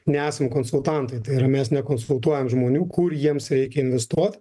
neesam konsultantai tai yra mes nekonsultuojam žmonių kuri jiems reikia investuot